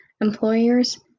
employers